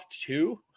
two